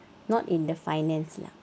not in the finance lah